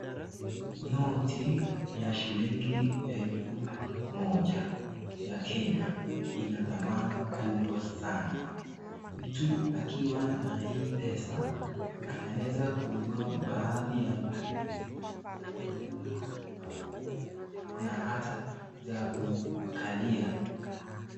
Noti ya shilingi elfu moja ya Kenya ina dhamana kubwa sana. Mtu akiwa na hii pesa anaweza kununua baadhi ya vitu ya kukula pamoja na hata za kukalia.